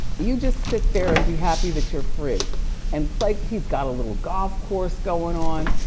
you just sit there and be happy that you're free and play, he's got a little golf course going on.